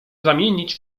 zamienić